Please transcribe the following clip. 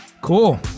Cool